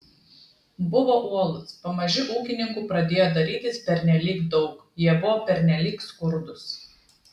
buvo uolus pamaži ūkininkų pradėjo darytis pernelyg daug jie buvo pernelyg skurdūs